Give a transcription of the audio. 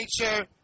nature